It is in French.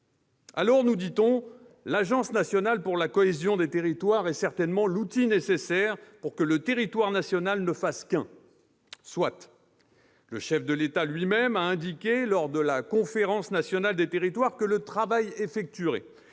Alors, nous dit-on, l'Agence nationale de la cohésion des territoires est certainement l'outil nécessaire pour que le territoire national ne fasse qu'un. Soit ! Le chef de l'État lui-même a indiqué, lors de la Conférence nationale des territoires, que le travail effectué